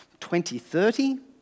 2030